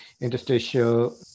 interstitial